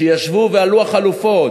כשישבו ועלו החלופות,